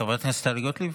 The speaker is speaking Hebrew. חברת הכנסת טלי גוטליב?